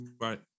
Right